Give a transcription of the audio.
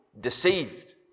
deceived